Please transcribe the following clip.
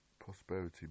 prosperity